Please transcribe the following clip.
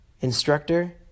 Instructor